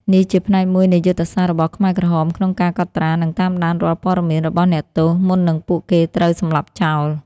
នេះជាផ្នែកមួយនៃយុទ្ធសាស្ត្ររបស់ខ្មែរក្រហមក្នុងការកត់ត្រា និងតាមដានរាល់ព័ត៌មានរបស់អ្នកទោស មុននឹងពួកគេត្រូវសម្លាប់ចោល។